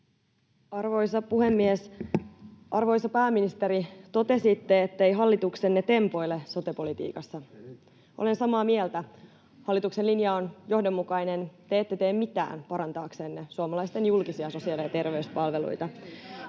Arvoisa puhemies! Arvoisa pääministeri, totesitte, ettei hallituksenne tempoile sote-politiikassa — olen samaa mieltä. Hallituksen linja on johdonmukainen: te ette tee mitään parantaaksenne suomalaisten julkisia sosiaali- ja terveyspalveluita.